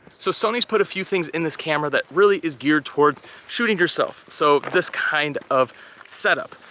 so sony's put a few things in this camera that really is geared towards shooting yourself, so, this kind of setup.